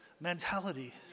mentality